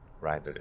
right